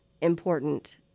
important